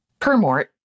Permort